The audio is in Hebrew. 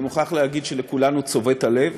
אני מוכרח להגיד שלכולנו צובט בלב.